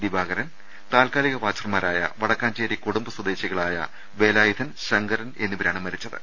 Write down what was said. ദിവാകരൻ താൽക്കാലിക വാച്ചർമാരായ വടക്കാഞ്ചേരി കൊടുമ്പ് സ്വദേശികളായ വേലായുധൻ ശങ്കരൻ എന്നിവരാണ് മരിച്ചത്